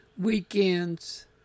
Weekends